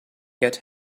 get